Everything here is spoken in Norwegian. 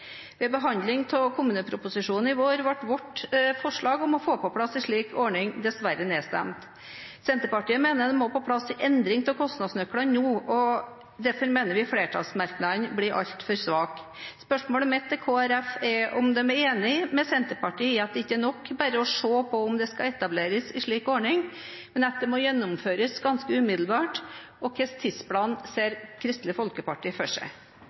Ved behandling av kommuneproposisjonen i vår ble vårt forslag om å få på plass en slik ordning dessverre nedstemt. Senterpartiet mener det må på plass en endring av kostnadsnøklene nå. Derfor mener vi flertallsmerknaden blir altfor svak. Spørsmålet mitt til Kristelig Folkeparti er om de er enig med Senterpartiet i at det ikke er nok bare å se på om det skal etableres en slik ordning, men at den må gjennomføres ganske umiddelbart, og hvilken tidsplan Kristelig Folkeparti ser for seg.